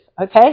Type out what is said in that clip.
Okay